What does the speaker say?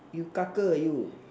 you ah you